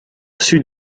sud